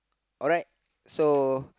alright so